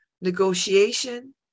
Negotiation